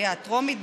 בקריאה הטרומית,